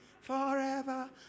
forever